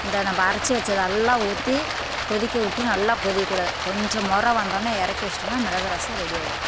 இந்த நம்ப அரைச்சி வச்சது எல்லாம் ஊற்றி கொதிக்க விட்டு நல்லா கொதிக்க கூடாது கொஞ்சம் முற வந்தொன்னே இறக்கி வச்சிட்டம்னா மிளகு ரசம் ரெடி ஆயிரும்